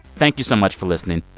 thank you so much for listening.